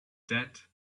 that